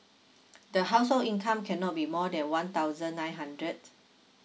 the household income cannot be more than one thousand nine hundred